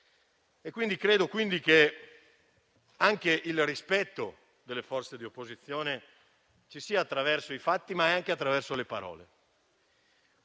pertanto che anche il rispetto delle forze di opposizione si manifesti attraverso i fatti, ma anche attraverso le parole.